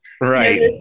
right